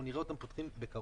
אנחנו נראה אותן פותחות בקרוב.